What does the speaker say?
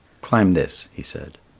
climb this, he said.